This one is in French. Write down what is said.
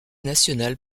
nationale